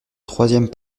troisième